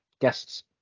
guests